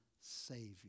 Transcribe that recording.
Savior